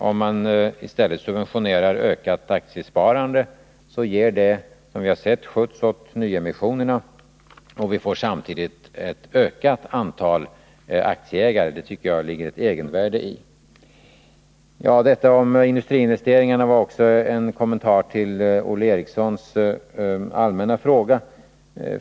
Om man i stället subventionerar ökat aktiesparande, så ger det, som vi har sett, skjuts åt nyemission, och vi får då samtidigt ett ökat antal aktieägare. Det tycker jag att det ligger ett egenvärde i. Detta om industriinvesteringarna var också en kommentar till Olle Erikssons allmänna fråga.